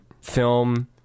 film